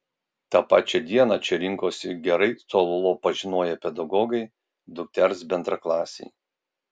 tą pačią dieną čia rinkosi gerai cololo pažinoję pedagogai dukters bendraklasiai